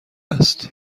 است